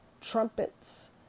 trumpets